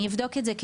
שאני אבדוק את זה,